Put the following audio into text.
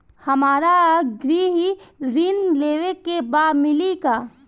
हमरा गृह ऋण लेवे के बा मिली का?